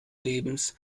lebens